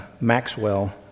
Maxwell